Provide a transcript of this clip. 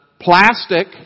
plastic